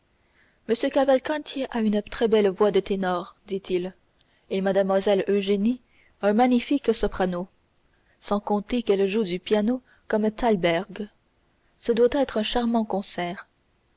m cavalcanti a une très belle voix de ténor dit-il et mlle eugénie un magnifique soprano sans compter qu'elle joue du piano comme thalberg ce doit être un charmant concert